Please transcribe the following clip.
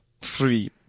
free